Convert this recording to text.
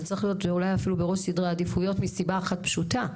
זה צריך להיות אולי אפילו בראש סדרי העדיפויות מסיבה אחת פשוטה.